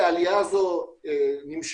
העלייה הזו נמשכה,